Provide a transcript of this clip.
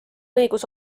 õigus